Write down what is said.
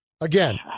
Again